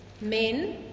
men